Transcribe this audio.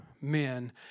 men